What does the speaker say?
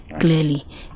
clearly